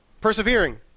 Persevering